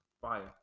fire